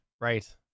right